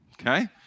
okay